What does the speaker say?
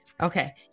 okay